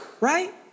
Right